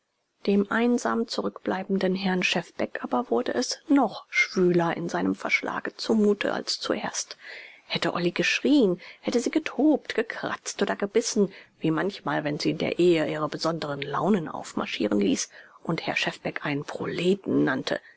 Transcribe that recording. dem einsam zurückbleibenden herrn schefbeck aber wurde es noch schwüler in seinem verschlage zu mute als zuerst hätte olly geschrien hätte sie getobt gekratzt oder gebissen wie manchmal wenn sie in der ehe ihre besonderen launen aufmarschieren ließ und herrn schefbeck einen proleten nannte